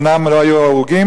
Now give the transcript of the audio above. אומנם לא היו הרוגים,